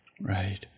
Right